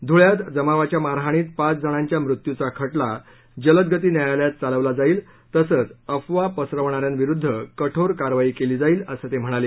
धुळ्यात जमावाच्या मारहाणीत पाच जणांच्या मृत्यूचा खटला जलदगती न्यायालयात चालवला जाईल तसंच अफवा पसरवणाऱ्यांविरुद्ध कठोर कारवाई केली जाईल असं ते म्हणाले